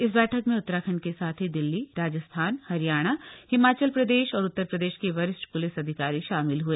इस बठक में उत्तराखंड के साथ ही दिल्ली राजस्थान हरियाणा हिमाचल प्रदेश और उत्तर प्रदेश के वरिष्ठ प्लिस अधिकारी शामिल हुए